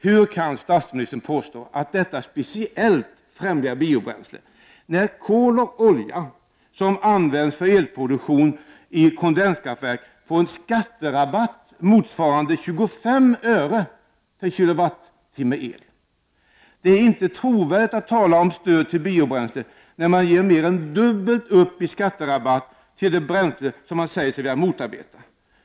Hur kan statsministern påstå att detta speciellt främjar biobränslen, när kol och olja som används för elproduktion i kondenskraftverk får en skatterabatt motsvarande 25 öre/kWh el? Det är inte trovärdigt att tala om stöd till biobränslen när man ger mer än dubbelt upp i skatterabatt till det bränsle man säger sig vilja motarbeta.